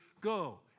go